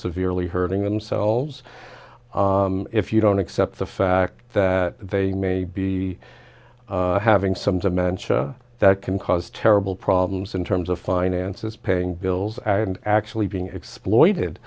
severely hurting themselves if you don't accept the fact that they may be having some dementia that can cause terrible problems in terms of finances paying bills and actually being exploited